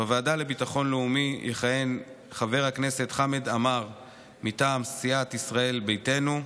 בוועדה לביטחון לאומי יכהן חבר הכנסת חמד עמאר מטעם סיעת ישראל ביתנו,